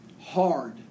hard